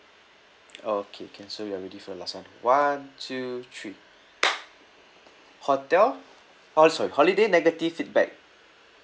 okay can so you are ready for the last round one two three hotel oh sorry holiday negative feedback